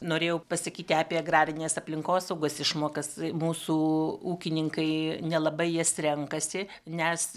norėjau pasakyti apie agrarinės aplinkosaugos išmokas mūsų ūkininkai nelabai jas renkasi nes